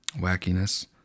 Wackiness